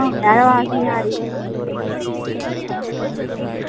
हैं अवाज नी आरी